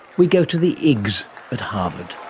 we go to the igs at harvard.